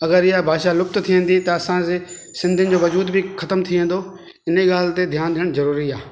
अगरि इहा भाषा लुप्त थी वेंदी त असांजे सिंधियुनि जो वज़ूद बि ख़तमु थी वेंदो इन ई ॻाल्हि ते ध्यानु ॾियणु ज़रूरी आहे